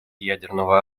ядерного